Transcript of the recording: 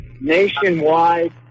nationwide